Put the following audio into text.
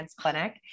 Clinic